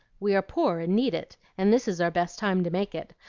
we are poor and need it, and this is our best time to make it.